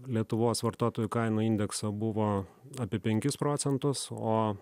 lietuvos vartotojų kainų indekso buvo apie penkis procentus o